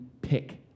pick